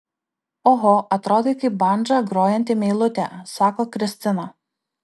oho atrodai kaip bandža grojanti meilutė sako kristina